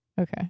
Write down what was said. Okay